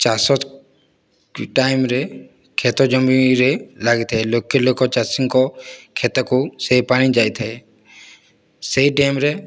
ଚାଷ ଟାଇମ୍ରେ କ୍ଷେତ ଜମିରେ ଲାଗିଥାଏ ଲକ୍ଷ ଲକ୍ଷ ଚାଷୀଙ୍କ କ୍ଷେତକୁ ସେ ପାଣି ଯାଇଥାଏ ସେହି ଡ୍ୟାମ୍ରେ